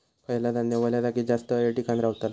खयला धान्य वल्या जागेत जास्त येळ टिकान रवतला?